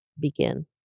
begin